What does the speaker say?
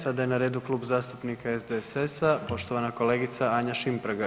Sada je na redu Klub zastupnika SDSS-a, poštovana kolegica Anja Šimpraga.